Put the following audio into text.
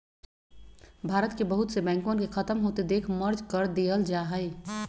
भारत के बहुत से बैंकवन के खत्म होते देख मर्ज कर देयल जाहई